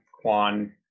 kwan